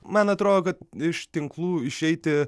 man atrodo kad iš tinklų išeiti